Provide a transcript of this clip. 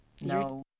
No